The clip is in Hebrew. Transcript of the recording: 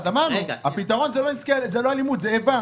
אמרנו שהפתרון זה לא "אלימות" אלא זה "איבה".